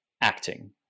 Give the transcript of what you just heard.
acting